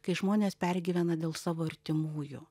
kai žmonės pergyvena dėl savo artimųjų